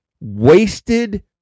wasted